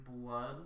blood